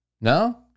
No